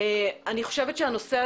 אבקש מרוני,